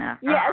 Yes